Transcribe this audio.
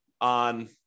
on